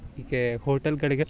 ಈಗ ಹೋಟಲ್ಗಳಿಗೆ